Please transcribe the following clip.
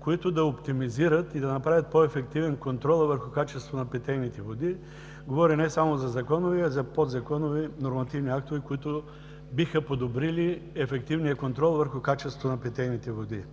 които да оптимизират и да направят по-ефективен контрола върху качеството на питейните води? Говоря не само за закони, а и за подзаконови нормативни актове, които биха подобрили ефективния контрол върху качеството на питейните води.